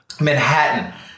Manhattan